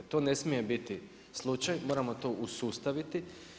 To ne smije biti slučaj, moramo to usustaviti.